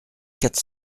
quatre